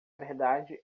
verdade